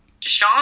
Deshaun